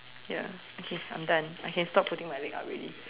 ya okay I'm done I can stop putting my leg up already